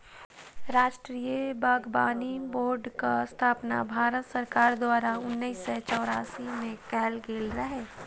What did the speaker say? राष्ट्रीय बागबानी बोर्डक स्थापना भारत सरकार द्वारा उन्नैस सय चौरासी मे कैल गेल रहै